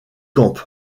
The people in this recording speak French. camp